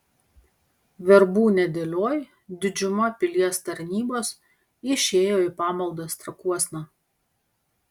verbų nedėlioj didžiuma pilies tarnybos išėjo į pamaldas trakuosna